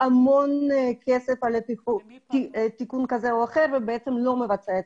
המון כסף על תיקון כזה או אחר ובעצם לא מבצע אותו.